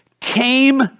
came